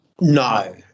No